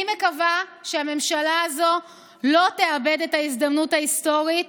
אני מקווה שהממשלה הזאת לא תאבד את ההזדמנות ההיסטורית